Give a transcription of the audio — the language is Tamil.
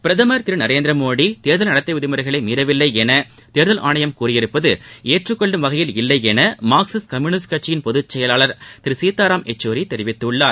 பிரதமர் திரு நரேந்திரமோடி தேர்தல் நடத்தை விதிமுறைகளை மீறவில்லை என தேர்தல் ஆணையம் கூறியிருப்பது ஏற்றுக்கொள்ளும் வகையில் இல்லை என மார்க்சிஸ்ட் கம்யூனிஸ்ட் கட்சியின் பொதுச் செயலாளர் திரு சீதாராம் யெச்சூரி கூறியுள்ளார்